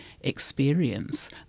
experience